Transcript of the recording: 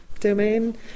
domain